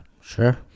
Sure